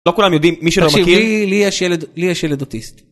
לא כולם יודעים מי שלא מכיר? תקשיב לי יש ילד אוטיסט